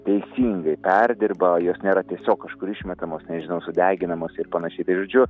teisingai perdirba jos nėra tiesiog kažkur išmetamos nežinau sudeginamos ir panašiai tai žodžiu